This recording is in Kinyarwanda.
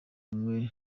umwe